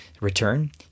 return